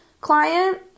client